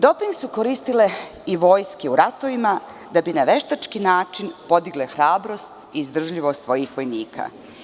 Doping su koristile i vojske u ratovima da bi na veštački način podigle hrabrost i izdržljivost svojih vojnika.